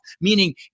meaning